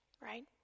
right